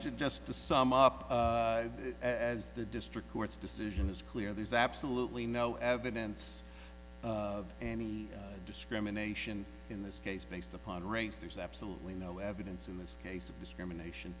well just to sum up as the district court's decision is clear there is absolutely no evidence of any discrimination in this case based upon race there's absolutely no evidence in this case of discrimination